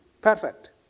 perfect